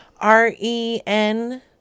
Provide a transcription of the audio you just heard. R-E-N